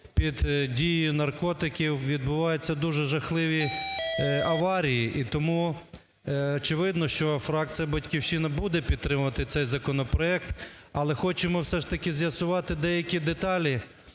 під дією наркотиків, відбуваються дуже жахливі аварії. І тому, очевидно, що фракція "Батьківщина" буде підтримувати цей законопроект. Але хочемо все ж таки з'ясувати деякі деталі,